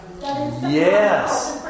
Yes